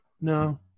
No